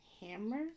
Hammer